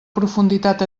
profunditat